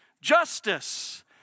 justice